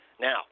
Now